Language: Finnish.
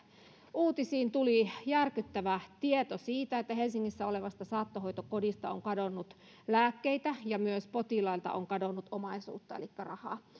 uutisiin tuli järkyttävä tieto siitä että helsingissä olevasta saattohoitokodista on kadonnut lääkkeitä ja myös potilailta on kadonnut omaisuutta elikkä rahaa